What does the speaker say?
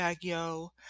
Yo